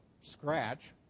scratch